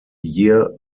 year